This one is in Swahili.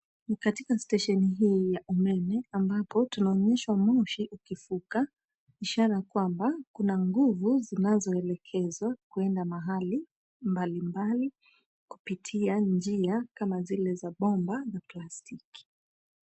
Ni katika stesheni hii ya umeme ambapo tunaonyeshwa moshi ukifuka ishara kwamba kuna nguvu zinazoelekezwa kwenda mahali mbali mbali kupitia njia kama zile za bomba na plastiki.